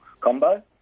combo